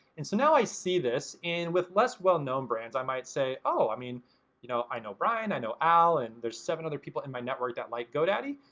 and so now i see this and with less well known brands i might say, oh, i mean you know i know brian, i know al and there's seven other people in my network that like godaddy.